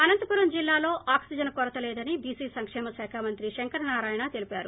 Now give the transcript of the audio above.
అనంతపురం జిల్లాలో ఆక్సిజన్ కొరత లేదని బీసీ సంక్షేమ శాఖ మంత్రి శంకరనారాయణ తెలిపారు